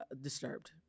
disturbed